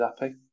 happy